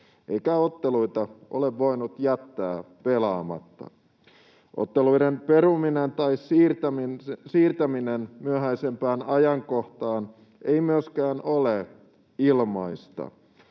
eikä otteluita ole voinut jättää pelaamatta. Otteluiden peruminen tai siirtäminen myöhäisempään ajankohtaan ei myöskään ole ilmaista.